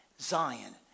Zion